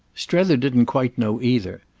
strether didn't quite know either,